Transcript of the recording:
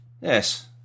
yes